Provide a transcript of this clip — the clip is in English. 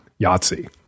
Yahtzee